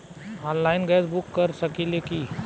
Online gas book कर सकिले की?